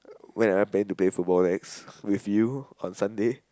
when I planning to play football next with you on Sunday